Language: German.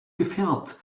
gefärbt